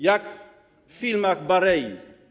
Jak w filmach Barei.